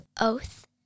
oath